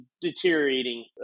deteriorating